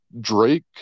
Drake